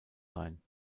sein